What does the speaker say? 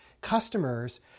customers